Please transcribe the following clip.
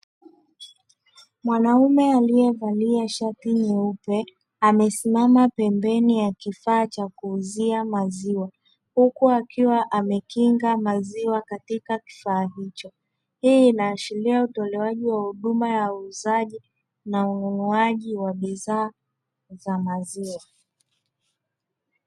Mwanaume aliyevalia shati nyeupe, amesimama pembeni ya kifaa cha kuuzia maziwa, huku akiwa amekinga maziwa katika kifaa hicho. Hii inaashiria utolewaji wa huduma ya uuzaji na ununuaji wa bidhaa za maziwa.